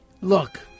Look